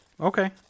Okay